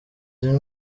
zimwe